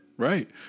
Right